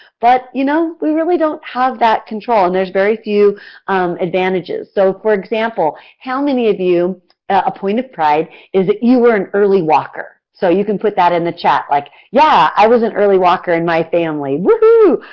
but you know we really don't have that control and there is very few advantages. so for example, how many of you have a point of pride is if you were an early walker? so you can put that in the chat like, yeah, i was an early walker in my family. woo hoo.